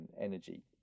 energy